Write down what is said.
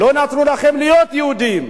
לא נתנו לכם להיות יהודים.